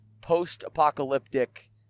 post-apocalyptic